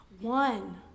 One